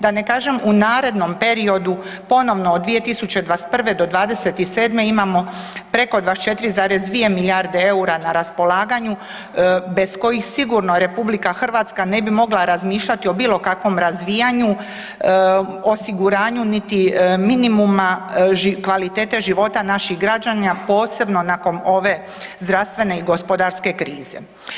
Da ne kažem u narednom periodu ponovno od 2021. do '27. imamo preko 24,2 milijarde EUR-a na raspolaganju bez kojih sigurno RH ne bi mogla razmišljati o bilo kakvom razvijanju, osiguranju, niti minimuma kvalitete života naših građana, posebno nakon ove zdravstvene i gospodarske krize.